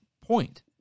point